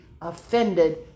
offended